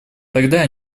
тогда